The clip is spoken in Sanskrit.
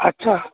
अच्छा